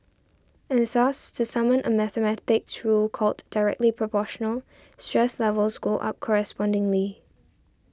and thus to summon a mathematics rule called Directly Proportional stress levels go up correspondingly